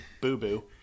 boo-boo